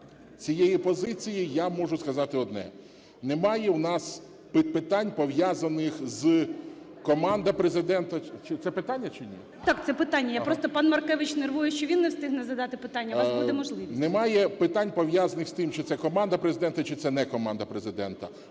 цієї позиції я можу сказати одне: немає у нас питань, пов'язаних з… Команда Президента… Це питання чи ні? ГОЛОВУЮЧИЙ. Так, це питання. Просто пан Маркевич нервує, що він не встигне задати питання. У вас буде можливість. СТЕФАНЧУК Р.О. Немає питань, пов'язаних з тим, чи це команда Президента, чи це не команда Президента.